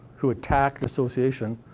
who attack dissociation,